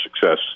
success